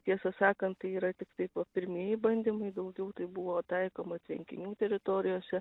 tiesą sakant tai yra tiktai pirmieji bandymai daugiau tai buvo taikoma tvenkinių teritorijose